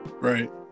Right